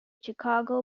chicago